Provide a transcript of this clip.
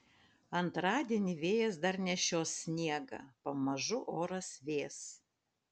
antradienį vėjas dar nešios sniegą pamažu oras vės